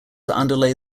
underlay